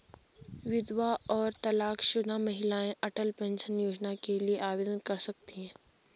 विधवा और तलाकशुदा महिलाएं अटल पेंशन योजना के लिए आवेदन कर सकती हैं